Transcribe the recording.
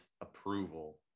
approval